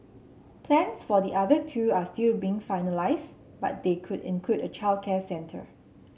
plans for the other two are still being finalised but they could include a childcare centre